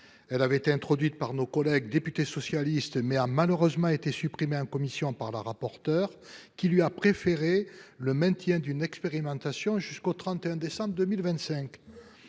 le texte sur l'initiative de nos collègues députés socialistes, mais malheureusement supprimée en commission par Mme la rapporteure, qui lui a préféré le maintien de leur expérimentation jusqu'au 31 décembre 2025.